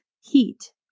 heat